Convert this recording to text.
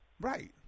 Right